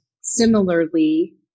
similarly